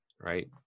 right